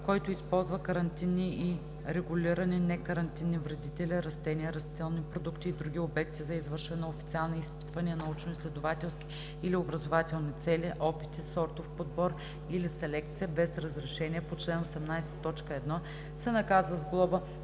Който използва карантинни и регулирани некарантинни вредители, растения, растителни продукти и други обекти за извършване на официални изпитвания, научноизследователски или образователни цели, опити, сортов подбор или селекция без разрешение по чл. 18, т. 1, се наказва се с глоба